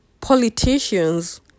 politicians